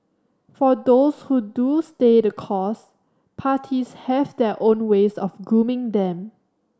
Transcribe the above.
for those who do stay the course parties have their own ways of grooming them